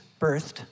birthed